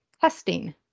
testing